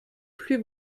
plus